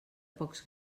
pocs